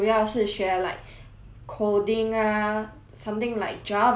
coding ah something like Java Titan 这些